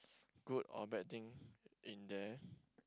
good or bad thing in there